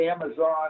amazon